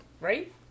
right